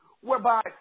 whereby